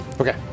Okay